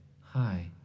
Hi